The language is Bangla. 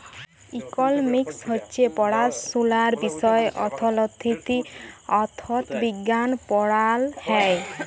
ইকলমিক্স হছে পড়াশুলার বিষয় অথ্থলিতি, অথ্থবিজ্ঞাল পড়াল হ্যয়